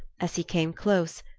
as he came close,